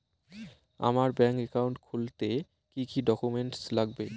আমার bank account খুলতে কি কি ডকুমেন্ট লাগবে?